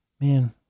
man